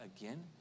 again